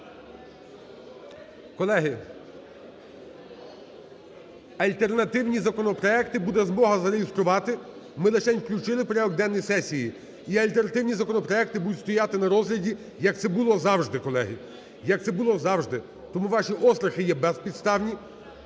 Колеги, альтернативні законопроекти буде змога зареєструвати, ми лишень включили в порядок денний сесії, і альтернативні законопроекти будуть стояти на розгляді, як це було завжди, колеги, як це було завжди. Тому ваші острахи є безпідставні